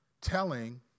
telling